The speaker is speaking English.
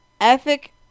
ethic